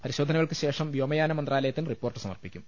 പരിശോധനകൾക്കുശേഷം വ്യോമയാന മന്ത്രാലയ ത്തിന് റിപ്പോർട്ട് സമർപ്പിക്കും